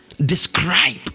describe